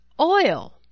Oil